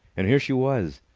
and here she was,